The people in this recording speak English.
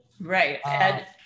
right